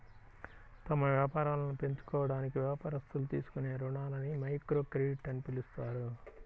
తమ వ్యాపారాలను పెంచుకోవడానికి వ్యాపారస్తులు తీసుకునే రుణాలని మైక్రోక్రెడిట్ అని పిలుస్తారు